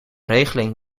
regeling